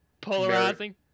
polarizing